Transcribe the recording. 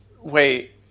wait